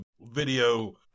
video